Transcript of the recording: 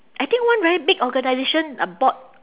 I think one very big organisation uh bought